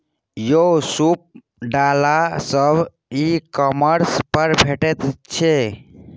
यौ सूप डाला सब ई कॉमर्स पर भेटितै की?